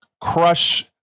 crush